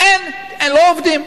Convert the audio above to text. אין, לא עובדים.